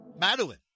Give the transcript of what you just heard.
Madeline